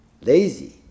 lazy